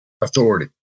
authority